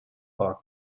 are